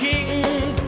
King